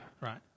Right